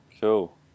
Cool